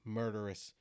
murderous